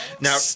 now